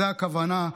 זו הכוונה.